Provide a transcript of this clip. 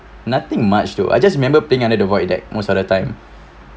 nothing much to I just remember playing under the void deck most of the time